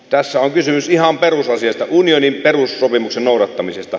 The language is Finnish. tässä on kysymys ihan perusasioista unionin perussopimuksen noudattamisesta